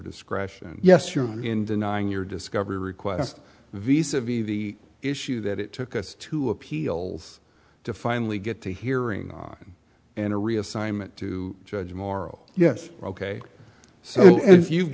discretion yes your honor in denying your discovery request vsa v the issue that it took us two appeals to finally get to hearing and a reassignment to judge morrow yes ok so if you've